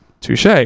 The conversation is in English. touche